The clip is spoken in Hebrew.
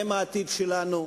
והם העתיד שלנו.